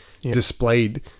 displayed